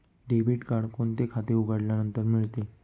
Debit card कोणते खाते उघडल्यानंतर मिळते?